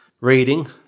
reading